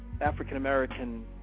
African-American